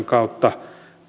kautta